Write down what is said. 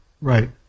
Right